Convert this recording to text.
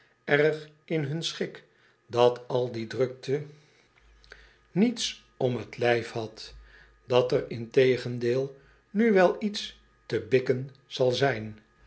erg in hun schik dat al die drukte niets om t ltjf had dat er integendeel nu wel weer iets te bikken zal zijn